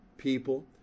People